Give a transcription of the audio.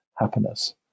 Happiness